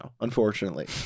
unfortunately